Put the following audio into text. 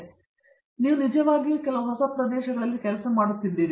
ಆದ್ದರಿಂದ ನೀವು ನಿಜವಾಗಿಯೂ ಕೆಲವು ಹೊಸ ಪ್ರದೇಶಗಳಲ್ಲಿ ಕೆಲಸ ಮಾಡುತ್ತಿದ್ದೀರಿ